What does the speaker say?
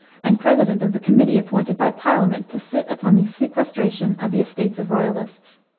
and president of the committee appointed by parliament to sit upon the sequestration of the estates of royalists.